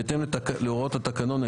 בהתאם להוראות התקנון,